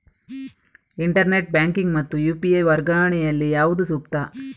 Internet banking ಮತ್ತು UPI ವರ್ಗಾವಣೆ ಯಲ್ಲಿ ಯಾವುದು ಸೂಕ್ತ?